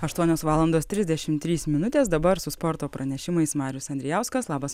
aštuonios valandos trisdešimt trys minutės dabar su sporto pranešimais marius andrijauskas labas